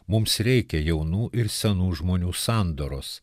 mums reikia jaunų ir senų žmonių sandoros